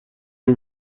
این